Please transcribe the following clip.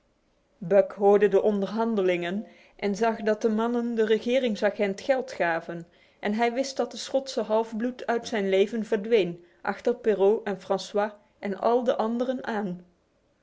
buck hoorde de onderhandelingen en zag dat de mannen den regeringsagent geld gaven en hij wist dat de schotse half bloed uit zijn leven verdween achter perrault en francois en al de anderen aan